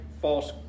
false